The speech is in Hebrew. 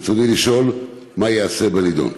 רצוני לשאול: מה ייעשה בנדון?